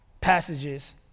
passages